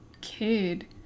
kid